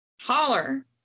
Holler